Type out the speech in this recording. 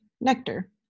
Nectar